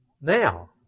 Now